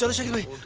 but shakeel bhai,